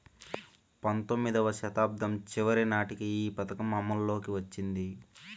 పంతొమ్మిదివ శతాబ్దం చివరి నాటికి ఈ పథకం అమల్లోకి వచ్చింది